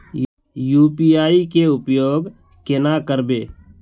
UPI के उपयोग केना करबे?